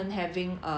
mm